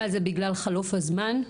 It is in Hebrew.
מזה בגלל חלוף הזמן?